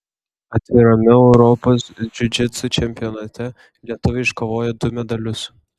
atvirame europos džiudžitsu čempionate lietuviai iškovojo du medalius